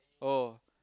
oh